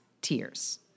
tears